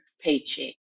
paycheck